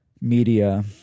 media